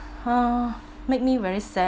ha made me very sad